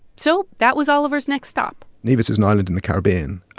so that was oliver's next stop nevis is an island in the caribbean,